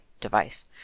device